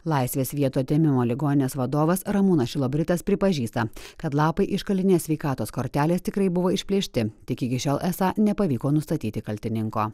laisvės vietų atėmimo ligoninės vadovas ramūnas šilobritas pripažįsta kad lapai iš kalinės sveikatos kortelės tikrai buvo išplėšti tik iki šiol esą nepavyko nustatyti kaltininko